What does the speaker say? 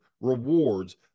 rewards